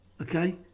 Okay